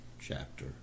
chapter